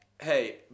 Hey